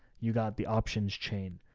you got the options chain.